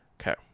Okay